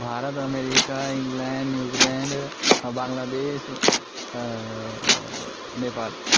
Bharata America England New Zealand Bangladesh Nepal